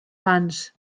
fans